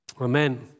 Amen